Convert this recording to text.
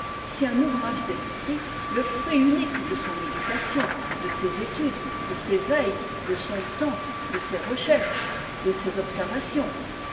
si un ouvrage d'esprit le fruit unique de son éducation de ses études de ses veilles de son temps de ses recherches de ses observations